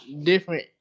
different